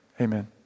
Amen